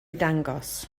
dangos